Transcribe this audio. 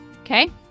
Okay